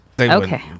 Okay